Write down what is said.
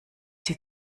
sie